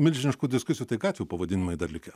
milžiniškų diskusijų tai gatvių pavadinimai dar likę